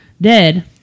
dead